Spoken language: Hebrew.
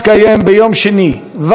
ו' בחשוון התשע"ט,